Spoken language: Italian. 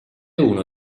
uno